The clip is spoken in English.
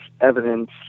evidence